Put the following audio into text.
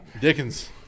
Dickens